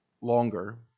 longer